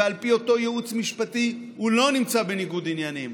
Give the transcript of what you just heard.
ועל פי אותו ייעוץ משפטי הוא לא נמצא בניגוד עניינים,